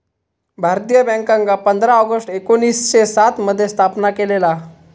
भारतीय बॅन्कांका पंधरा ऑगस्ट एकोणीसशे सात मध्ये स्थापन केलेला